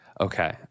Okay